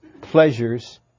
pleasures